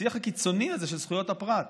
השיח הקיצוני הזה של זכויות הפרט,